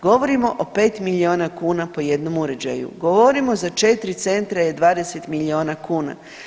Govorimo o 5 milijuna kuna po jednom uređaju, govorimo za 4 centra je 20 milijuna kuna.